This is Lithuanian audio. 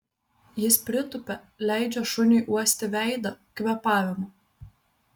jis pritupia leidžia šuniui uosti veidą kvėpavimą